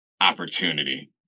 opportunity